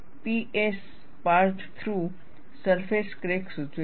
P S part through surface crack સૂચવે છે